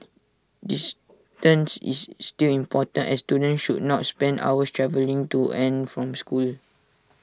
distance is still important as students should not spend hours travelling to and from school